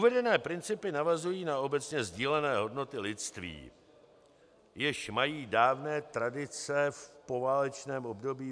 Uvedené principy navazují na obecně sdílené hodnoty lidství, jež mají dávné tradice, v poválečném období.